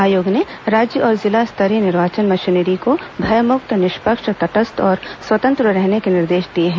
आयोग ने राज्य और जिला स्तरीय निर्वाचन मशीनरी को भयमुक्त निष्पक्ष तटस्थ और स्वतंत्र रहने के निर्देश दिए हैं